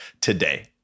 today